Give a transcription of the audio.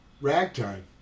Ragtime